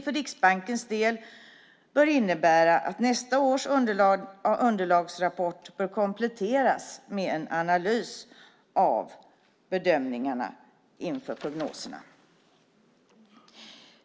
För Riksbankens del bör det innebära att nästa års underlagsrapport bör kompletteras med en analys av bedömningarna inför prognoserna.